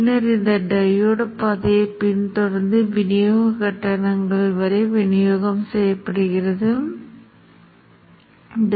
பின்னர் அது மிகவும் விரைவாக இருக்க வேண்டும் இப்போது காத்திருப்பதை விட அது உண்மையில் இருபதில் ஒன்று எனவே அதைச் சேமித்து n ஐக் கட்டுப்படுத்துவதற்கு நகர்த்துகிறேன் இப்போது நிகர பட்டியலை மீண்டும் செய்கிறேன்